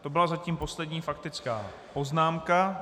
To byla zatím poslední faktická poznámka.